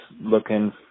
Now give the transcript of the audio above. looking